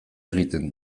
egiten